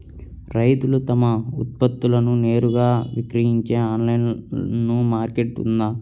రైతులు తమ ఉత్పత్తులను నేరుగా విక్రయించే ఆన్లైను మార్కెట్ ఉందా?